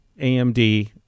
AMD